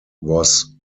was